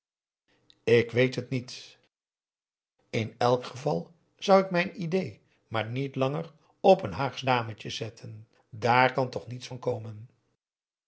ik weet het niet in elk geval zou ik mijn idée maar niet langer op een haagsch dametje zetten dààr kan toch niets van komen